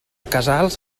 casals